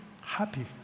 happy